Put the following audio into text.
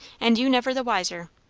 and you never the wiser.